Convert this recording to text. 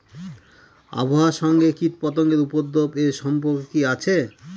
আবহাওয়ার সঙ্গে কীটপতঙ্গের উপদ্রব এর সম্পর্ক কি আছে?